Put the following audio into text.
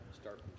start